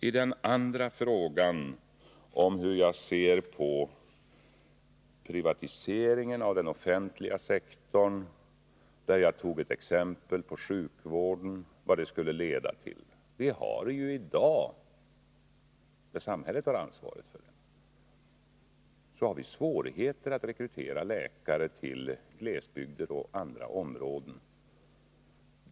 I den andra frågan, om hur jag ser på privatiseringen av den offentliga sektorn, tog jag ett exempel på vad en sådan utveckling skulle leda till inom sjukvården. Vi har i dag, när samhället har ansvaret, svårigheter att rekrytera läkare till glesbygder och andra områden.